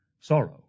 sorrow